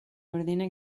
ordena